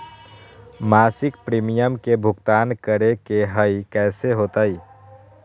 मासिक प्रीमियम के भुगतान करे के हई कैसे होतई?